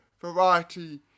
variety